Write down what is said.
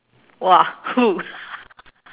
!wah! who